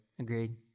Agreed